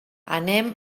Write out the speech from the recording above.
anem